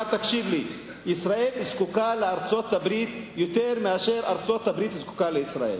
ישראל זקוקה לארצות-הברית יותר משארצות-הברית זקוקה לישראל,